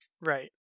Right